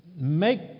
Make